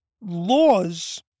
laws